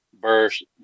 verse